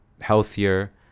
healthier